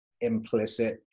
implicit